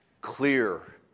clear